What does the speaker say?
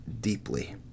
deeply